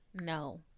No